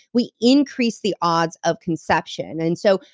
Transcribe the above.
we increase the odds of conception and so,